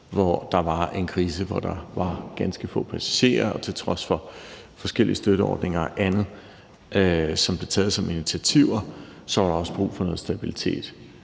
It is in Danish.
hvor der var en krise, og hvor der var ganske få passagerer. Til trods for forskellige støtteordninger og andet, som blev taget som initiativer, så var der også brug for noget stabilitet.